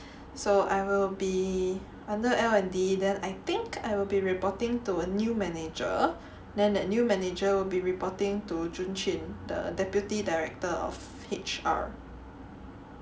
so I will be under L and D then I think I will be reporting to a new manager then that new manager will be reporting to Jun Qun the deputy director of H_R